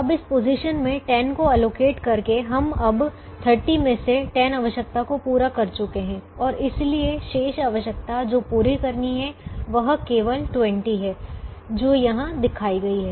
अब इस पोजीशन में 10 को आवंटित करके हम अब 30 में से 10 आवश्यकता को पूरा कर चुके हैं और इसलिए शेष आवश्यकता जो पूरी करनी है वह केवल 20 है जो यहां दिखाई गई है